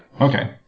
Okay